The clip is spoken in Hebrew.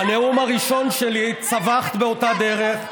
בנאום הראשון שלי, צווחת באותה דרך.